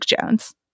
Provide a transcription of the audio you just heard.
Jones